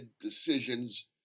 decisions